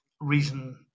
reason